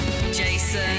Jason